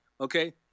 Okay